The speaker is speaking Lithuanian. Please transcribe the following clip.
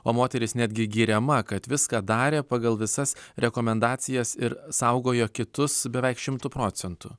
o moteris netgi giriama kad viską darė pagal visas rekomendacijas ir saugojo kitus beveik šimtu procentų